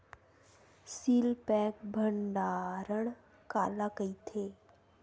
Seal pack भंडारण काला कइथे?